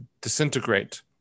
disintegrate